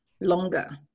longer